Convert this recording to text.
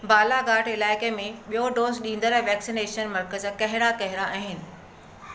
बालाघाट इलाइक़े में बि॒यों डोज़ ॾींदड़ वैक्सिनेशन मर्कज़ कहिड़ा कहिड़ा आहिनि